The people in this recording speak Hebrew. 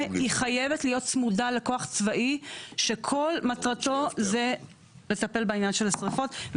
והיא חייבת להיות צמודה לכוח צבאי שכל מטרתו זה לטפל בעניין של השריפות,